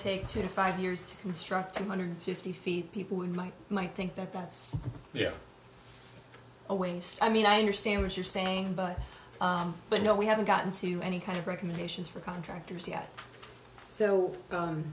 take two to five years to construct two hundred fifty feet people might might think that that's a waste i mean i understand what you're saying but i know we haven't gotten to any kind of recommendations for contractors yet so